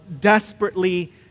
desperately